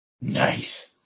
Nice